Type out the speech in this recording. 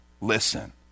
Listen